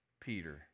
Peter